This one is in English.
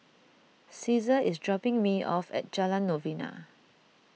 Ceasar is dropping me off at Jalan Novena